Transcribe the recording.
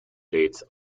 dates